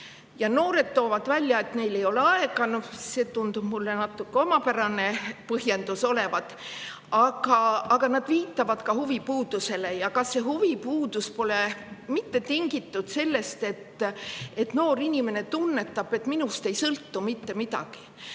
Noored toovad välja, et neil ei ole aega. See tundub mulle natuke omapärase põhjendusena, aga nad viitavad ka huvipuudusele. Kas huvipuudus pole mitte tingitud sellest, et noor inimene tunnetab, et temast ei sõltu mitte midagi?